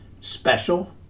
special